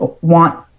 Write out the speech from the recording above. want